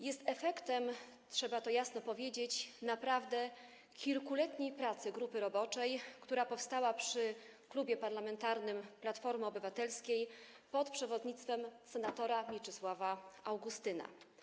Jest efektem, trzeba to jasno powiedzieć, naprawdę kilkuletniej pracy grupy roboczej, która powstała przy Klubie Parlamentarnym Platformy Obywatelskiej pod przewodnictwem senatora Mieczysława Augustyna.